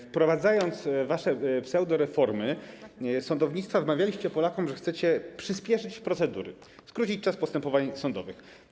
Wprowadzając wasze pseudoreformy sądownictwa, wmawialiście Polakom, że chcecie przyspieszyć procedury, skrócić czas postępowań sądowych.